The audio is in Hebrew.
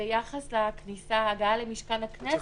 ביחס להגעה למשכן הכנסת,